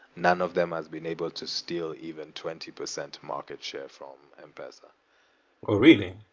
none of them has been able to steal even twenty percent market share from m-pesa ah really?